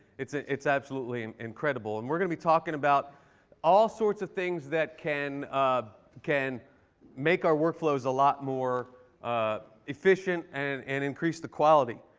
it's it's absolutely incredible. and we're going to be talking about all sorts of things that can um can make our workflows a lot more efficient and and increase the quality.